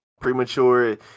Premature